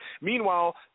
Meanwhile